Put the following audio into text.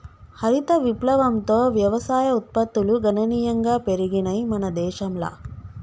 హరిత విప్లవంతో వ్యవసాయ ఉత్పత్తులు గణనీయంగా పెరిగినయ్ మన దేశంల